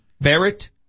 Barrett